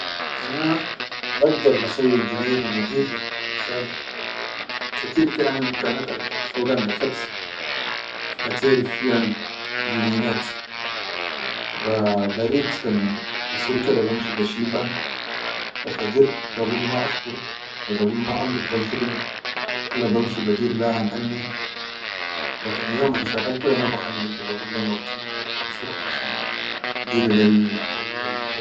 Ana bagdar basawwi jinene nadeef len shan katir ke ana bikanat gaid foga chat baterifihan gininat wa ba rid kan usur ke da banshi ba shifan wa fajir gabul ma afdur wa gabul ma amruk lel khidime kula bamshi ba dir le han al me wa yom an shakal ma ba hallike ba gulle mati usur amshi diri lel lel.